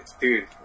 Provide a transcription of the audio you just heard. dude